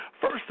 First